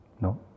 No